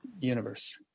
universe